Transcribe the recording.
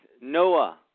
Noah